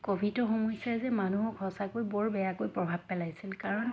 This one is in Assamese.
ক'ভিডৰ সমস্যাই যে মানুহক সঁচাকৈ বৰ বেয়াকৈ প্ৰভাৱ পেলাইছিল কাৰণ